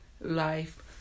Life